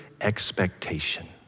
expectation